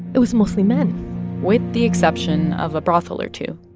it was mostly men with the exception of a brothel or two